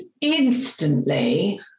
instantly